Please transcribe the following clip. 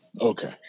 Okay